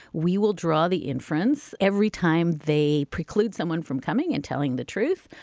we will draw the inference every time they preclude someone from coming and telling the truth.